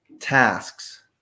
tasks